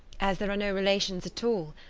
as there are no relations at all,